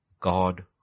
God